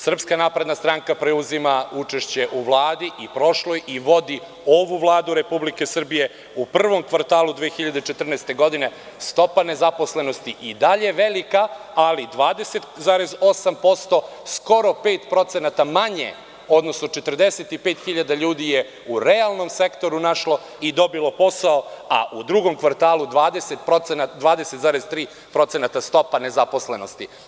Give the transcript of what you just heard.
Srpska napredna stranka preuzima učešće u Vladi i prošloj i vodi ovu Vladu Republike Srbije u prvom kvartalu 2014. godine, stopa nezaposlenosti je i dalje velika, ali 20,8%, skoro 5% manje, odnosno 45.000 ljudi je u realnom sektoru našlo i dobilo posao, a u drugom kvartalu 20,3% je stopa nezaposlenosti.